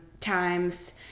times